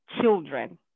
children